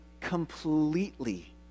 completely